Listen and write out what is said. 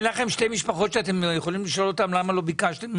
לכם שתי משפחות שאתם יכולים לשאול אותן למה לא ביקשתם